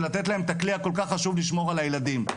ולתת להם את הכלי הכל-כך חשוב לשמור על הילדים.